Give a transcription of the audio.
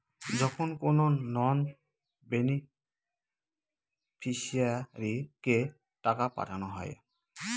যখন কোনো নন বেনিফিশিয়ারিকে টাকা পাঠানো হয়